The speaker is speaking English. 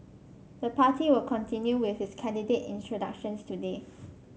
the party will continue with its candidate introductions today